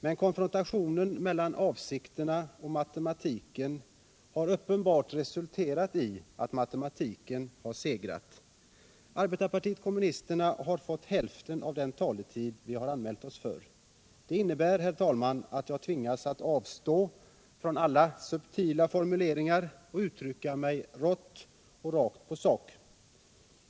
Men konfrontationen mellan avsikterna och matematiken har uppenbart resulterat i att matematiken segrat. Arbetarpartiet kommunisterna har fått hälften av den taletid vi anmält oss för. Det innebär, herr talman, att jag tvingas avstå från alla subtila formuleringar och uttrycka mig rått och rakt på sak.